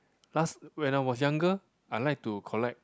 last when I was younger I like to collect